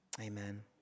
Amen